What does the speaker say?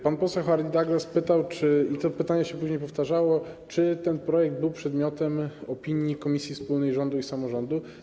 Pan poseł Hardie-Douglas pytał - i to pytanie się później powtarzało - czy ten projekt był przedmiotem opinii komisji wspólnej rządu i samorządu.